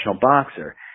boxer